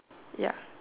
ya